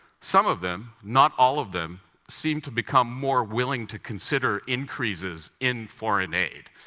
some of them not all of them seemed to become more willing to consider increases in foreign aid.